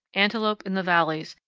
antelope in the valleys,